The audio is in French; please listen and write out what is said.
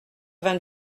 vingt